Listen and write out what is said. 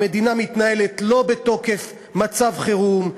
המדינה לא מתנהלת בתוקף מצב חירום,